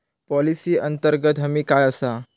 Policy अंतर्गत हमी काय आसा?